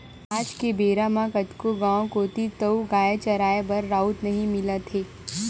आज के बेरा म कतको गाँव कोती तोउगाय चराए बर राउत नइ मिलत हे